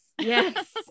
Yes